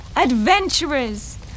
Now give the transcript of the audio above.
Adventurers